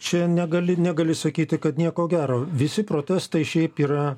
čia negali negali sakyti kad nieko gero visi protestai šiaip yra